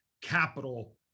capital